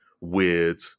weird